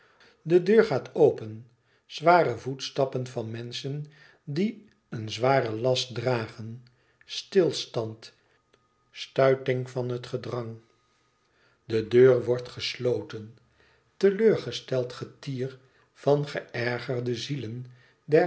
de deur gaat open zware voetstappen van menschen die een zwaren last dragen stilstand stuiting van het gedrang de deur wordt gesloten te leur gesteld getier van geërgerde zielen